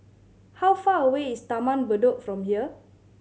how far away is Taman Bedok from here